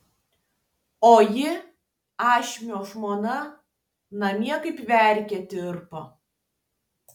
o ji ašmio žmona namie kaip vergė dirbo